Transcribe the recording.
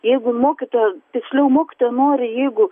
jeigu mokytoja tiksliau mokytoja nori jeigu